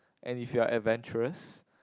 and if you are adventurous